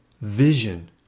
Vision